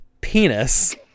penis